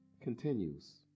continues